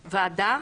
בוועדה.